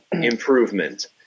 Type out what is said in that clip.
improvement